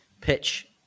pitch